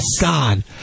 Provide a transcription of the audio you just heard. God